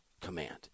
command